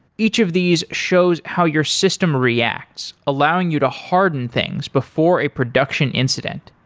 each of these shows how your system reacts allowing you to harden things before a production incident.